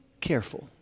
careful